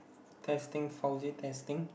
testing Fousey testing